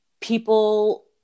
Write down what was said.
people